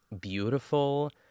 beautiful